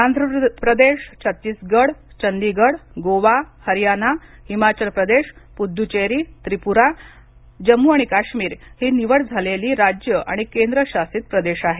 आंध्र प्रदेश छत्तीसगड चंडीगड गोवा हरियाना हिमाचल प्रदेश पुद्घेरी त्रिपुरा आणि जम्मू आणि काश्मीर ही निवड झालेली राज्ये आणि केंद्रशासित प्रदेश आहेत